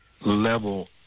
level